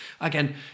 again